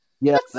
Yes